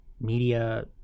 media